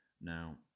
Now